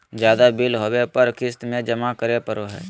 ज्यादा बिल होबो पर क़िस्त में जमा करे पड़ो हइ